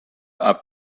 are